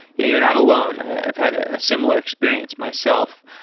yeah you're not alone. i've had a similar experience myself.